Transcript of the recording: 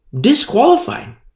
disqualified